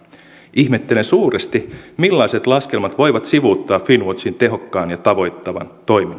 ihmettelen suuresti millaiset laskelmat voivat sivuuttaa finnwatchin tehokkaan ja tavoittavan